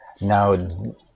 Now